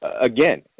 again